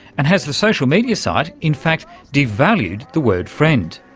and has the social media site, in fact, devalued the word friend?